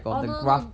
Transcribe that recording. orh no no